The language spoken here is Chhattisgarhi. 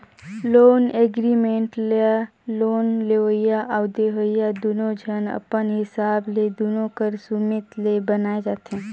लोन एग्रीमेंट ल लोन लेवइया अउ देवइया दुनो झन अपन हिसाब ले दुनो कर सुमेत ले बनाए जाथें